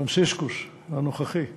פרנציסקוס, הנוכחי,